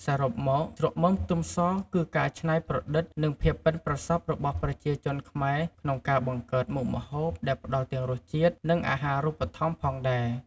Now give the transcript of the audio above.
សរុបមក ជ្រក់មើមខ្ទឹមស គឺការច្នៃប្រឌិត និងភាពប៉ិនប្រសប់របស់ប្រជាជនខ្មែរក្នុងការបង្កើតមុខម្ហូប ដែលផ្តល់ទាំងរសជាតិ និងអាហារូបត្ថម្ភផងដែរ។